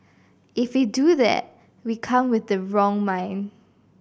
if we do that we come with the wrong in mind